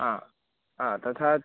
आआ तथा त्